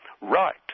Right